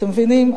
אתם מבינים?